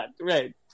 right